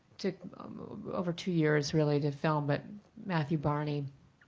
took over two years really to film but matthew barney